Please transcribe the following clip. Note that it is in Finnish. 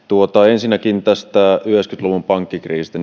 ensinnäkin tästä yhdeksänkymmentä luvun pankkikriisistä